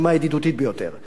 למען לא יישנו המקרים האלה.